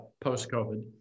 post-COVID